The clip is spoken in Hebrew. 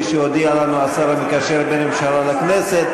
כפי שהודיע לנו השר המקשר בין הממשלה לכנסת.